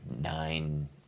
nine